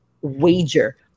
wager